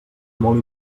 molt